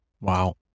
Wow